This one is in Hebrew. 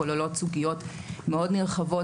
כוללות סוגיות מאוד נרחבות,